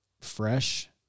fresh